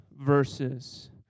verses